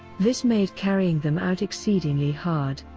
this made carrying them out exceedingly hard.